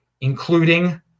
including